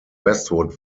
westwood